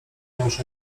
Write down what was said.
muszę